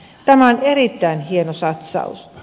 tämä on erittäin hieno satsaus